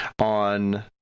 on